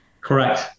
Correct